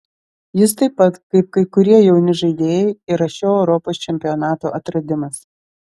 jis taip pat kaip kai kurie jauni žaidėjai yra šio europos čempionato atradimas